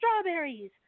strawberries